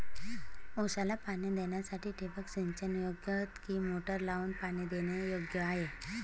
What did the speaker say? ऊसाला पाणी देण्यासाठी ठिबक सिंचन योग्य कि मोटर लावून पाणी देणे योग्य आहे?